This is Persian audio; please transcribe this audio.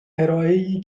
ارائهای